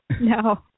No